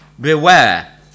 Beware